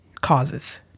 causes